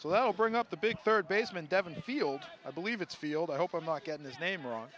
so that will bring up the big third baseman devon field i believe it's field i hope i'm not getting his name wrong